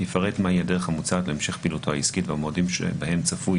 יפרט מהי הדרך המוצעת להמשך פעילותו העסקית והמועדים שבהם צפוי